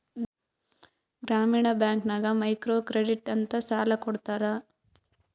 ಗ್ರಾಮೀಣ ಬ್ಯಾಂಕ್ ನಾಗ್ micro credit ಅಂತ್ ಸಾಲ ಕೊಡ್ತಾರ